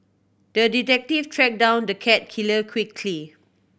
the detective tracked down the cat killer quickly